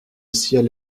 ciel